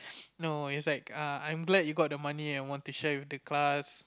no it's like I glad you got the money and want to share with the class